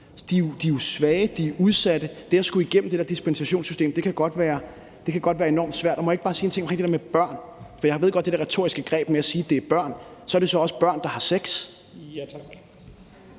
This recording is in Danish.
jo er svage og udsatte, og at det at skulle igennem det der dispensationssystem godt kan være enormt svært. Og må jeg ikke bare sige en ting omkring det der med børn – for jeg kender godt den der retoriske greb med at sige, at det er børn – at så er det også børn, der har sex.